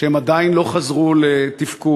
שהם עדיין לא חזרו לתפקוד,